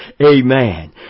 Amen